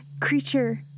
creature